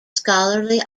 scholarly